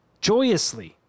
joyously